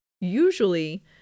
Usually